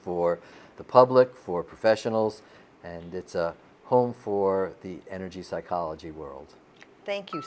for the public for professionals and it's a home for the energy psychology world thank